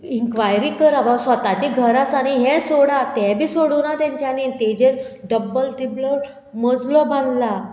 inquiry करा बाबा स्वताची घर आसा न्ही हें सोडा तें बी सोडूना तेंच्यांनी तेजेर डब्ल ट्रिब्ल मजलो बांदला